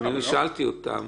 אני שאלתי אותם.